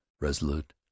resolute